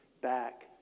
back